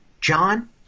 John